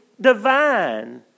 divine